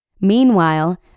Meanwhile